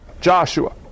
Joshua